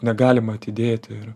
negalima atidėti ir